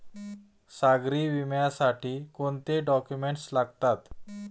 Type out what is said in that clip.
सागरी विम्यासाठी कोणते डॉक्युमेंट्स लागतात?